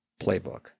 playbook